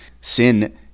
sin